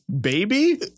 baby